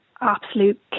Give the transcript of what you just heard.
absolute